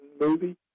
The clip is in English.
movie